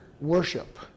worship